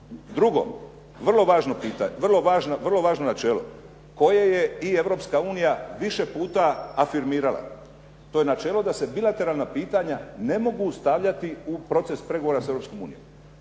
Drugo, vrlo važno načelo koje je i Europska unija više puta afirmirala. To je načelo da se bilateralna pitanja ne mogu stavljati u proces pregovora s Europskom unijom.